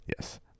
Yes